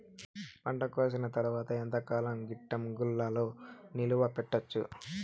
పంట కోసేసిన తర్వాత ఎంతకాలం గిడ్డంగులలో నిలువ పెట్టొచ్చు?